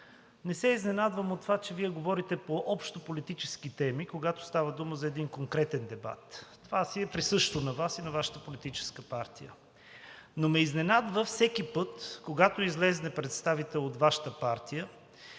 Не се изненадвам от това, че Вие говорите по общополитически теми, когато става дума за един конкретен дебат. Това си е присъщо на Вас и на Вашата политическа партия. Но ме изненадва всеки път, когато излезе представител от Вашата партия